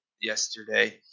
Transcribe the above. yesterday